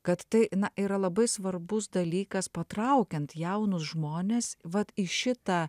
kad tai na yra labai svarbus dalykas patraukiant jaunus žmones vat į šitą